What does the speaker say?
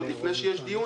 עוד לפני שיש דיון,